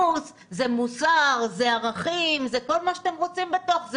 שאתם רוצים בתוך זה.